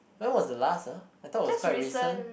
when was the last ah I thought it was quite recent